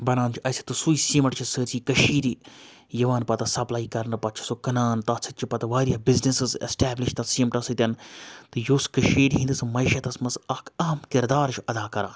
بَنان چھِ اَسہِ تہٕ سُے سیٖمَٹ چھِ سٲرۍسٕے کٔشیٖری یِوان پَتہ سَپلاے کَرنہٕ پَتہٕ چھِ سُہ کٕنان تَتھ سۭتۍ چھِ پَتہٕ واریاہ بِزنِسٕز اٮ۪سٹیبلِش تَتھ سیٖمٹَس سۭتۍ تہٕ یُس کٔشیٖر ہِنٛدِس میشَتَس منٛز اَکھ اَہم کِردار چھُ اَدا کَران